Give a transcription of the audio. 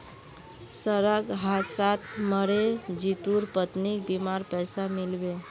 सड़क हादसात मरे जितुर पत्नीक बीमार पैसा मिल बे